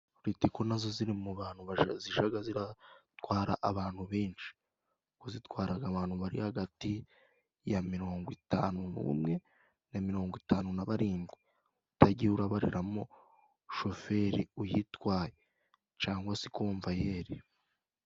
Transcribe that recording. Ritiko nazo ziri mu bantu baja...zijaga ziratwara abantu benshi zitwaraga abantu bari hagati ya mirongo itanu n'umwe na mirongo itanu na barindwi, utagiye urabariramo shoferi uyitwaye cangwa se komvayeri.